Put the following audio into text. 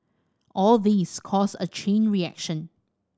all these cause a chain reaction